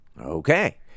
Okay